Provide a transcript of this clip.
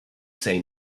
say